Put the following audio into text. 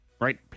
right